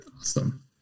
Awesome